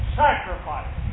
sacrifice